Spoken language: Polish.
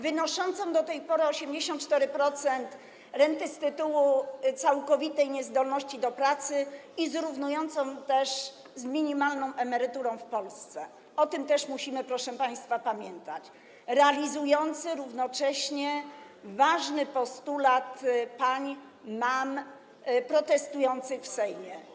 wynoszącą do tej pory jej 84%, z rentą z tytułu całkowitej niezdolności do pracy, zrównuje ją też z minimalną emeryturą w Polsce, o tym też musimy, proszę państwa, pamiętać, realizuje równocześnie ważny postulat pań, mam protestujących w Sejmie.